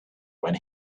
when